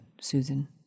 Susan